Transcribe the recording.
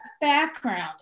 Background